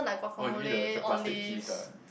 oh do you mean the the plastic cheese ah